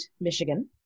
Michigan